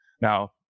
Now